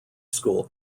school